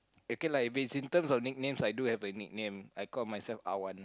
okay lah if it's in terms of nicknames I do have a nickname I call myself Awan